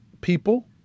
people